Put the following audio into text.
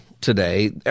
today